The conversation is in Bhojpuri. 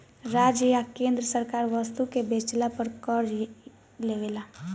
राज्य आ केंद्र सरकार वस्तु के बेचला पर कर लेवेला